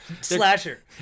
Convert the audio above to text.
Slasher